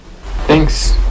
Thanks